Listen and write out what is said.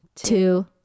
two